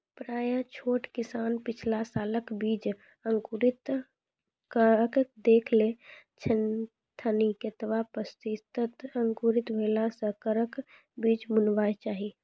प्रायः छोट किसान पिछला सालक बीज अंकुरित कअक देख लै छथिन, केतबा प्रतिसत अंकुरित भेला सऽ घरक बीज बुनबाक चाही?